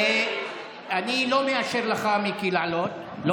אני לא מאשר לך לעלות, מיקי.